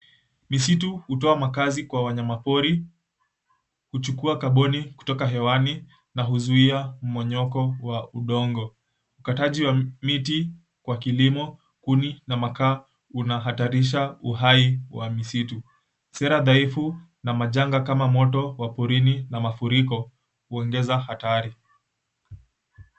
Misitu hutoa makazi kwa wanyama pori, huchukua kaboni kutoka hewani na huzuia mmonyoko wa udongo. Ukataji wa miti kwa kilimo, kuni na makaa, unahatarisha uhai wa misitu. Sera dhaifu na majanga kama moto wa porini na mafuriko huongeza hatari.